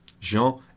Jean